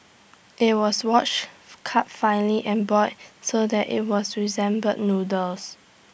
IT was washed cut finely and boiled so that IT was resembled noodles